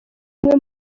bimwe